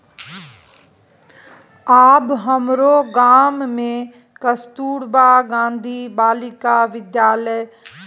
आब हमरो गाम मे कस्तूरबा गांधी बालिका विद्यालय खुजतै